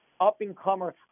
up-and-comer